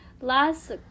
Last